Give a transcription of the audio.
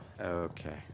Okay